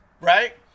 right